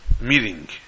meeting